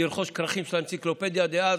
לרכוש כרכים של האנציקלופדיה דאז,